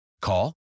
Call